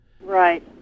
Right